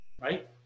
Right